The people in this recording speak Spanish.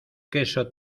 queso